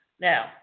Now